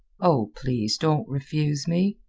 oh, please don't refuse me!